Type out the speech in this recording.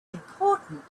important